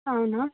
అవునా